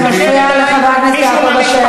זה מפריע לחבר הכנסת יעקב אשר.